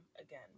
again